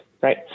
Right